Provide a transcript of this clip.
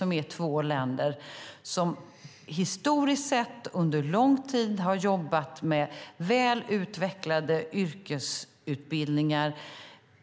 Dessa länder har historiskt sett under lång tid jobbat med välutvecklade yrkesutbildningar